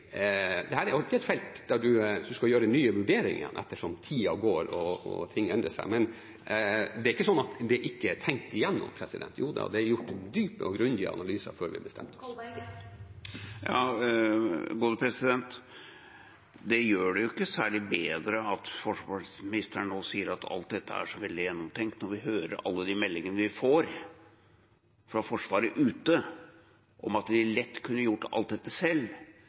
et felt der man alltid skal gjøre nye vurderinger etter som tiden går og ting endrer seg. Men det er ikke sånn at det ikke er tenkt igjennom. Joda, det ble gjort dype og grundige analyser før vi bestemte oss. Det gjør det jo ikke særlig bedre at forsvarsministeren nå sier at alt dette er så veldig gjennomtenkt, når vi hører alle de meldingene vi får fra Forsvaret ute om at de lett kunne gjort alt dette selv,